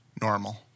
Normal